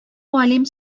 галим